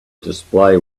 display